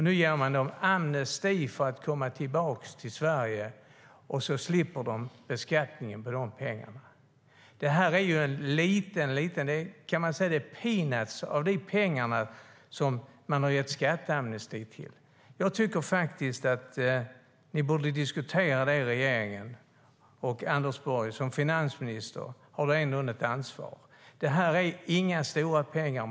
Nu ger man dem amnesti att komma tillbaka till Sverige utan att betala skatt på pengarna. Det här är peanuts i förhållande till de pengar som gått till skatteamnesti. Jag tycker att ni borde diskutera detta i regeringen. Och, Anders Borg, som finansminister har du ändå ett ansvar. Det handlar inte om några stora pengar.